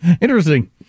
Interesting